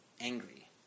angry